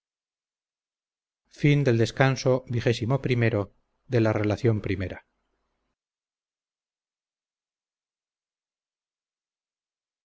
a la relación